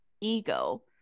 ego